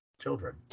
children